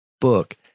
book